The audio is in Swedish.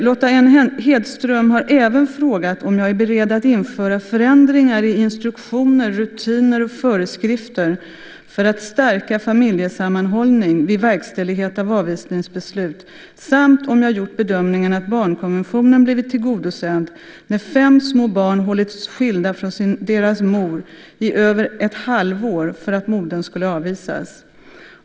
Lotta N Hedström har även frågat om jag är beredd att införa förändringar i instruktioner, rutiner och föreskrifter för att stärka familjesammanhållning vid verkställighet av avvisningsbeslut samt om jag gjort bedömningen att barnkonventionen blivit tillgodosedd när fem små barn hållits skilda från sin mor i över ett halvår för att modern skulle avvisas.